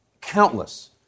countless